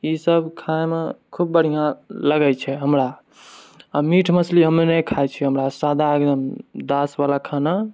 इसब खाएमे खूब बढ़िआँ लगैत छै हमरा आ मीट मछली हमे नहि खाइत छी हमरा सादा एकदम दास बला खाना